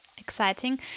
exciting